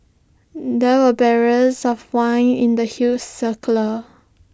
there were barrels of wine in the huge